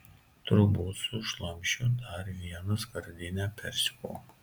turbūt sušlamšiu dar vieną skardinę persikų